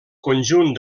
conjunt